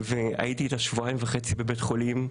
כליה והייתי איתה שבועיים וחצי בבית החולים,